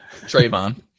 Trayvon